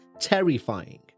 terrifying